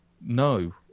No